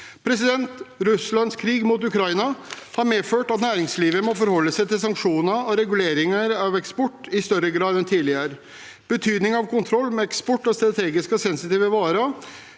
viktig. Russlands krig mot Ukraina har medført at næringslivet må forholde seg til sanksjoner og reguleringer av eksport i større grad enn tidligere. Betydningen av kontroll med eksport av strategiske og sensitive varer